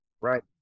Right